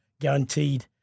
guaranteed